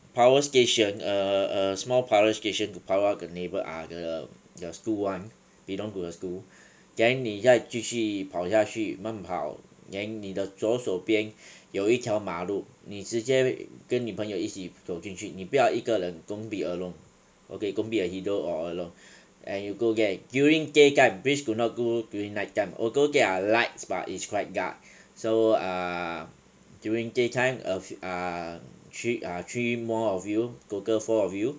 power station a a a small power station to power up neighbour ah the your school one belong to the school then 你再继续跑下去慢跑 then 你的左手边有一条马路你直接跟你朋友一起走进去你不要一个人 don't be alone okay don't be a hero or alone and you go there during daytime please do not go during night time although there are lights but it's quite dark so ah during daytime a fe~ ah three ah three more of you total four of you